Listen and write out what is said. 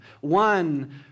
one